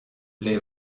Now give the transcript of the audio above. les